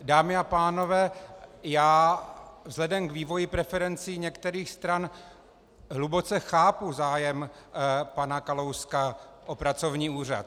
Dámy a pánové, vzhledem k vývoji preferencí některých stran hluboce chápu zájem pana Kalouska o pracovní úřad.